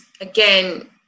again